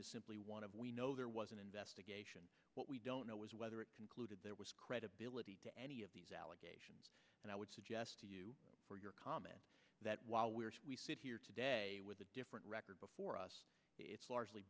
is simply one of we know there was an investigation but we don't know was whether it concluded there was credibility to any of these allegations and i would suggest to you for your comment that while we are here today with a different record before us it's largely